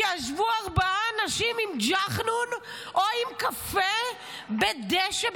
כשישבו ארבעה אנשים עם ג'חנון או עם קפה בדשא,